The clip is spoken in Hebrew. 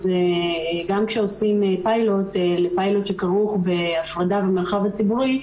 אז גם כשעושים פיילוט לפיילוט שכרוך בהפרדה במרחב הציבורי,